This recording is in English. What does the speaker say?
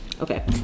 Okay